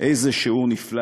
איזה שיעור נפלא